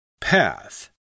Path